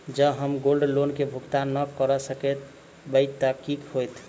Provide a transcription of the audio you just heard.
जँ हम gold loan केँ भुगतान न करऽ सकबै तऽ की होत?